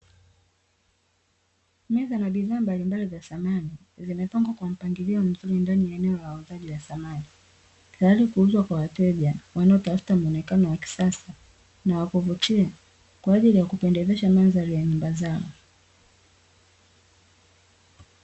Meza na bidhaa mbalimbali za samani, zimepangwa kwa mpangilio mzuri ndani ya eneo la wauzaji wa samani, tayari kuuzwa kwa wateja wanaotafuta muonekano wa kisasa na wakuvutia, kwa ajili ya kupendezesha mandhari ri ya nyumba zao.